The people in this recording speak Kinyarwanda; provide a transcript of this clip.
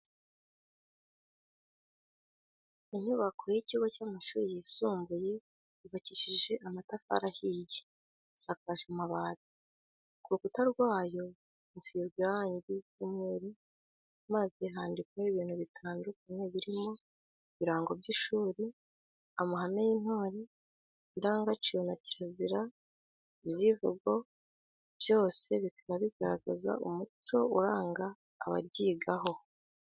Inyubako y'ikigo cy'amashuri yisumbuye yubakishije amatafari ahiye, isakaje amabati, ku rukuta rwayo hasizwe irangi ry'umweru maze handikwaho ibintu bitandukanye birimo ibirango by'ishuri, amahame y'intore, indangagaciro na za kirazira, icyivugo byose bikaba bigaragaza umuco uranga abaryigamo.